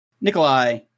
Nikolai